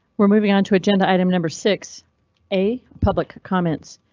we're moving on to agenda item number six a public comments.